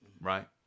right